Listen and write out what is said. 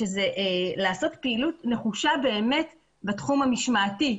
לעשות פעילות נחושה באמת בתחום המשמעתי.